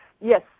Yes